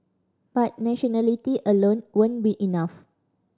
but nationality alone won't be enough